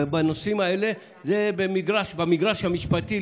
בנושאים האלה זה במגרש המשפטי,